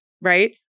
right